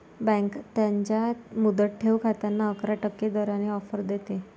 bank त्यांच्या मुदत ठेव खात्यांना अकरा टक्के दराने ऑफर देते